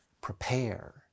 Prepare